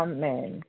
Amen